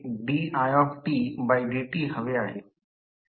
तर आपल्याला हेdidt हवे आहे